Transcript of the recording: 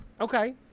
Okay